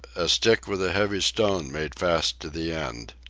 a stick with a heavy stone made fast to the end.